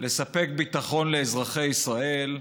לספק ביטחון לאזרחי ישראל.